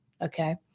okay